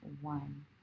one